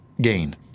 gain